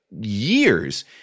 years